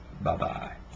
Bye-bye